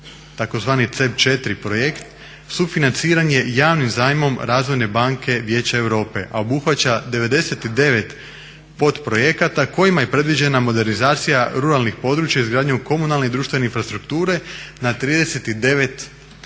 tzv. CEB 4 projekt, sufinanciranje javnim zajmom Razvojne banke Vijeća Europe, a obuhvaća 99 podprojekata kojima je predviđena modernizacija ruralnih područja izgradnjom komunalne i društvene infrastrukture na 39